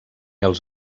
els